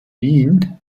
wien